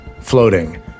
floating